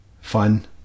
fun